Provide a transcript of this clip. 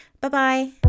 Bye-bye